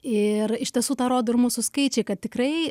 ir iš tiesų tą rodo ir mūsų skaičiai kad tikrai